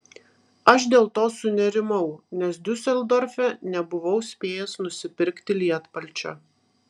aš dėl to sunerimau nes diuseldorfe nebuvau spėjęs nusipirkti lietpalčio